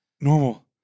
Normal